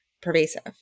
pervasive